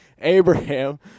abraham